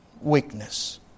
weakness